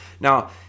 Now